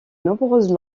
nombreuses